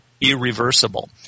irreversible